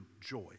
joy